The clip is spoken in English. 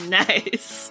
nice